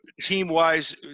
team-wise